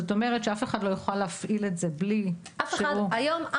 זאת אומרת שאף אחד לא יוכל להפעיל את זה בלי שהוא --- אף אחד היום,